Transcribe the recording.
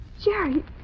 Jerry